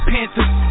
Panthers